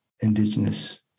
Indigenous